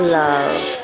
love